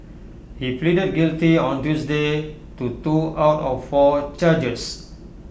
he pleaded guilty on Tuesday to two out of four charges